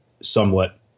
somewhat